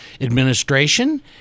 Administration